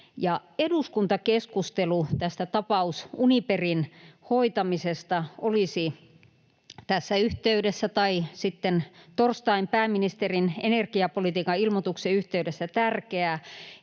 Eduskuntakeskustelu tästä tapaus Uniperin hoitamisesta olisi tässä yhteydessä, tai sitten torstain pääministerin energiapolitiikan ilmoituksen yhteydessä, tärkeää: